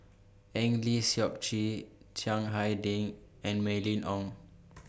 Eng Lee Seok Chee Chiang Hai Ding and Mylene Ong